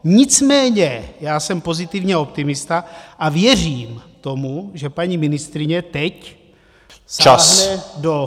Nicméně já jsem pozitivní a optimista a věřím tomu, že paní ministryně teď sáhne do...